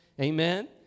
Amen